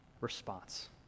response